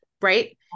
Right